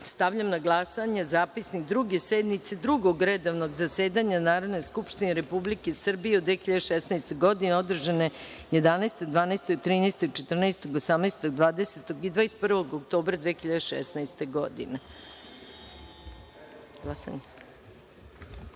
na glasanje Zapisnik Druge sednice Drugog redovnog zasedanja Narodne skupštine Republike Srbije u 2016. godini, održane 11, 12, 13, 14, 18, 20. i 21. oktobra 2016.